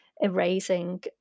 erasing